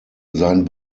sein